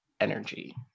energy